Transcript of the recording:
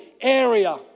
area